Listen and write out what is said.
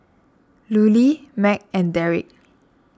Lulie Mack and Darrick